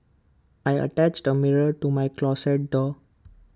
I attached A mirror to my closet door